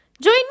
join